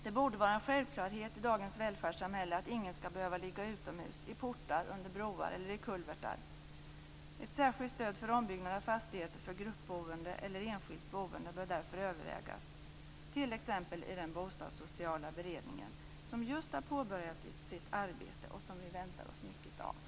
Det borde vara en självklarhet i dagens välfärdssamhälle att ingen skall behöva ligga utomhus, i portar, under broar eller i kulvertar. Ett särskilt stöd för ombyggnad av fastigheter för gruppboende eller enskilt boende bör därför övervägas, t.ex. i den bostadssociala beredning som just har påbörjat sitt arbete och som vi väntar oss mycket av.